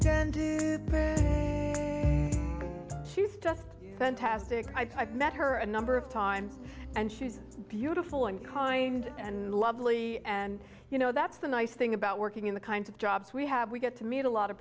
church and she was just fantastic i've met her a number of times and shoes beautiful and kind and lovely and you know that's the nice thing about working in the kinds of jobs we have we get to meet a lot of